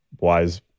wise